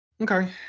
Okay